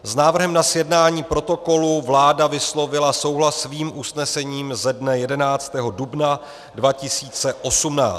S návrhem na sjednání protokolu vláda vyslovila souhlas svým usnesením ze dne 11. dubna 2018.